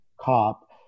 Cop